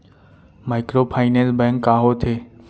Microfinance bank का होथे?